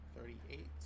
thirty-eight